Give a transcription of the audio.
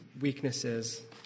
weaknesses